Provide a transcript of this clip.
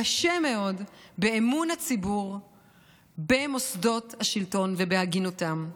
קשה מאוד, באמון הציבור במוסדות השלטון ובהגינותם.